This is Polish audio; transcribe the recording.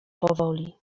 powoli